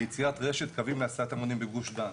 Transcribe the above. ליצירת רשת קווים להסעת המונים בגוש דן,